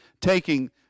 taking